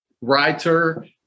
writer